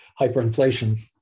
hyperinflation